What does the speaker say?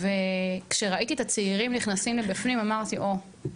וכשראיתי את הצעירים נכנסים פנימה, אמרתי, או,